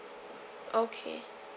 okay